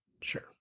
Sure